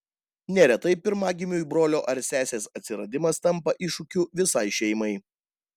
neretai pirmagimiui brolio ar sesės atsiradimas tampa iššūkiu visai šeimai